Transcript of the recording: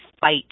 fight